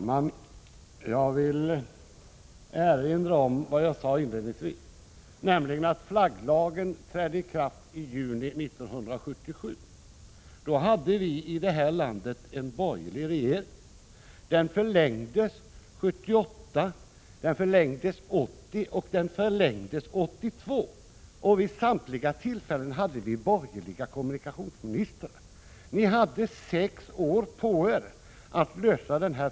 Fru talman! Jag vill erinra om vad jag sade inledningsvis, nämligen att flagglagen trädde i kraft i juni 1977. Då hade vi i detta land en borgerlig regering. Lagen förlängdes 1978, den förlängdes 1980, och den förlängdes 1982. Vid samtliga tillfällen hade vi borgerliga kommunikationsministrar. Ni hade sex år på er att lösa denna fråga.